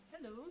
Hello